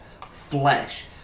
flesh